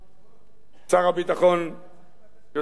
שר הביטחון יוצא לחוץ-לארץ,